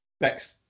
next